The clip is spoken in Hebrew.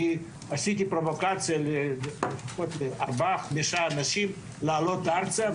אני עשיתי פרובוקציה לארבעה-חמישה אנשים לעלות ארצה,